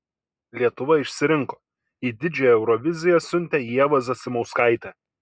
lietuva išsirinko į didžiąją euroviziją siuntė ievą zasimauskaitę